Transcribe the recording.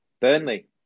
Burnley